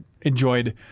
enjoyed